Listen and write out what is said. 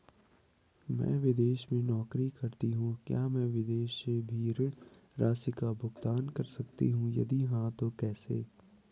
मैं विदेश में नौकरी करतीं हूँ क्या मैं विदेश से भी ऋण राशि का भुगतान कर सकती हूँ यदि हाँ तो कैसे?